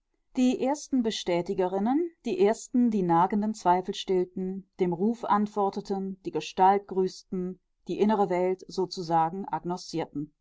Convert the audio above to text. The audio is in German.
die ersten bestätigerinnen die ersten die nagenden zweifel stillten dem ruf antworteten die gestalt grüßten die innere welt sozusagen